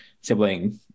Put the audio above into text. sibling